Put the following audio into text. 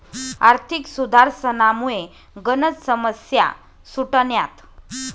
आर्थिक सुधारसनामुये गनच समस्या सुटण्यात